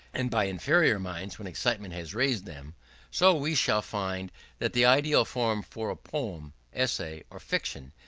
and by inferior minds when excitement has raised them so, we shall find that the ideal form for a poem, essay, or fiction,